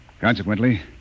Consequently